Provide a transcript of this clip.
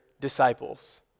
disciples